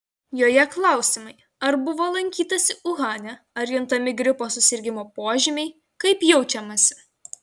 joje klausimai ar buvo lankytasi uhane ar juntami gripo susirgimo požymiai kaip jaučiamasi